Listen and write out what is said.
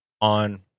on